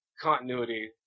continuity